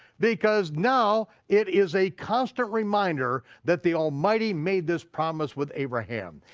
because now it is a constant reminder that the almighty made this promise with abraham.